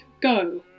go